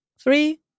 Three